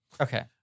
Okay